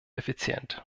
effizient